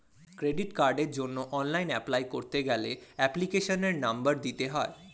credit কার্ডের জন্য online apply করতে গেলে এপ্লিকেশনের নম্বর দিতে হয়